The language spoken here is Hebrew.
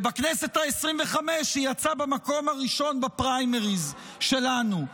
ובכנסת העשרים-וחמש יצאה במקום הראשון בפריימריז שלנו.